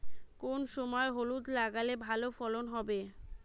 কোন সময় হলুদ লাগালে ভালো ফলন হবে?